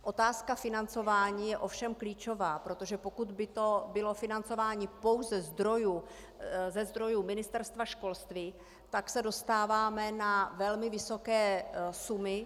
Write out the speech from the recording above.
Otázka financování je ovšem klíčová, protože pokud by to bylo financování pouze ze zdrojů Ministerstva školství, tak se dostáváme na velmi vysoké sumy.